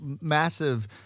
massive